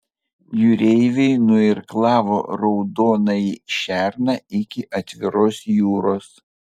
jūreiviai nuirklavo raudonąjį šerną iki atviros jūros